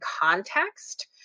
context